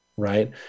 right